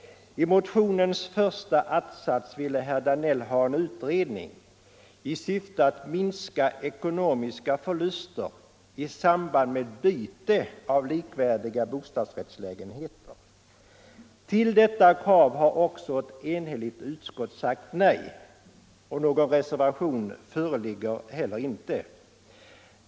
I motionens första att-sats begärde herr Danell en utredning i syfte att minska ekonomiska förluster i samband med byte av likvärdiga bostadsrättslägenheter. Till detta krav har ett enhälligt utskott sagt nej, och någon reservation föreligger heller inte.